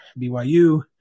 BYU